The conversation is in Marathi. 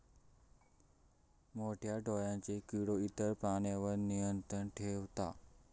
मोठ्या डोळ्यांचो किडो इतर प्राण्यांवर नियंत्रण ठेवता